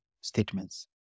statements